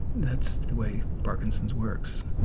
that's the way parkinson's works.